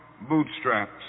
bootstraps